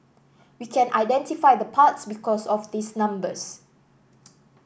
we can identify the parts because of these numbers